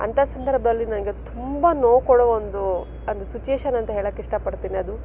ಅಂತ ಸಂದರ್ಭದಲ್ಲಿ ನನಗೆ ತುಂಬ ನೋವು ಕೊಡೋ ಒಂದು ಅಂದರೆ ಸಿಚುಯೇಶನ್ ಅಂತ ಹೇಳಕ್ಕೆ ಇಷ್ಟಪಡ್ತೀನಿ ಅದು